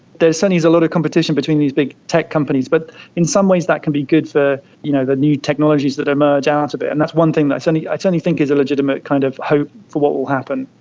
there certainly is a lot of competition between these big tech companies, but in some ways that can be good for you know the new technologies that emerge um out of it, and that's one thing that and i certainly think is a legitimate kind of hope for what will happen.